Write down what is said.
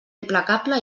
implacable